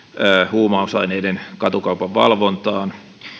huumausaineiden katukaupan valvontaan